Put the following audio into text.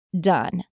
done